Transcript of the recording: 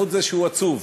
חוץ מזה שהוא עצוב,